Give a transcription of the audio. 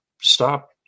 stop